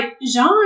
Jean